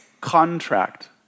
contract